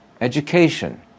education